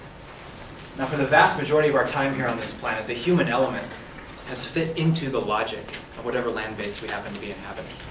now for the vast majority of our time here on the planet, the human element has fit into the logic of whatever landbase we happen to be inhabiting.